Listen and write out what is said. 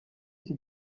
iki